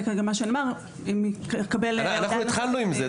זה מה שנאמר כרגע --- אנחנו התחלנו עם זה.